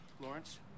Lawrence